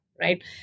Right